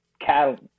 cattle